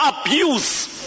abuse